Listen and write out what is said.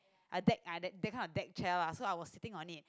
uh deck ah that that kind of deck chair lah so I was sitting on it